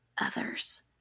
others